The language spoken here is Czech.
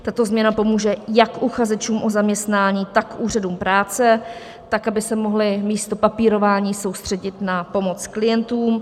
Tato změna pomůže jak uchazečům o zaměstnání, tak úřadům práce, aby se mohly místo papírování soustředit na pomoc klientům.